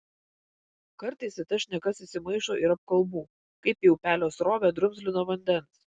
kartais į tas šnekas įsimaišo ir apkalbų kaip į upelio srovę drumzlino vandens